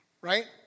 Right